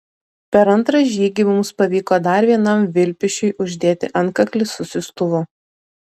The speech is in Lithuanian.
per antrą žygį mums pavyko dar vienam vilpišiui uždėti antkaklį su siųstuvu